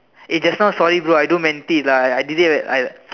eh just now sorry bro I don't meant it lah I did it I